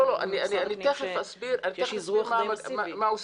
לא, לא, אני תיכף אסביר מה עושים.